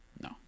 No